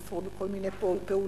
נדחו להם כל מיני פעולות.